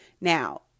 Now